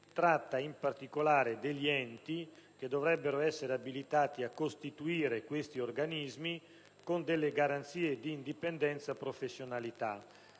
e, in particolare, degli enti che dovrebbero essere abilitati a costituire tali organismi dotati di adeguate garanzie di indipendenza e professionalità